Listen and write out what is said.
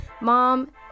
Mom